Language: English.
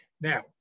Now